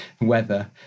weather